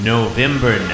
November